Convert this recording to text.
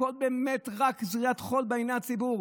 הכול באמת רק זריית חול בעיני הציבור.